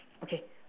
okay